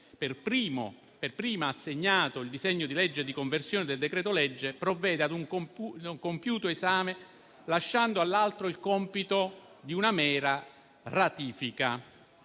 per prima assegnato il disegno di legge di conversione del decreto-legge provvede ad un compiuto esame, lasciando all'altra il compito di una mera ratifica.